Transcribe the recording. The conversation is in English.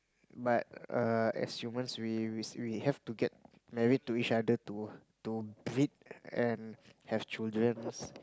but err as human we we have to get married to each other to to breed and have children